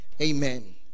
Amen